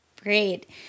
Great